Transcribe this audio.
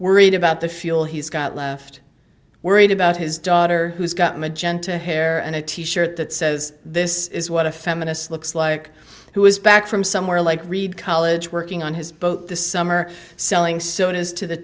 worried about the fuel he's got left worried about his daughter who's got magenta hair and a t shirt that says this is what a feminist looks like who is back from somewhere like reed college working on his boat this summer selling soon as to the